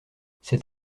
c’est